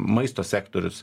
maisto sektorius